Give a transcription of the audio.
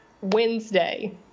Wednesday